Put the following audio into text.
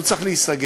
אז הוא צריך להיסגר,